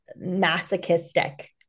masochistic